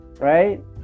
right